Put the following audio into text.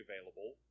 available